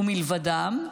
מלבדם,